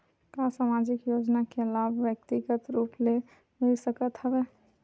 का सामाजिक योजना के लाभ व्यक्तिगत रूप ले मिल सकत हवय?